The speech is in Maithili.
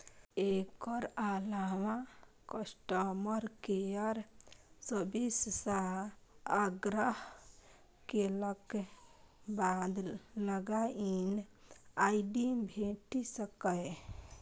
एकर अलावा कस्टमर केयर सर्विस सं आग्रह केलाक बाद लॉग इन आई.डी भेटि सकैए